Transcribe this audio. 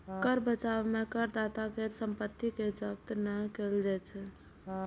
कर बचाव मे करदाता केर संपत्ति कें जब्त नहि कैल जाइ छै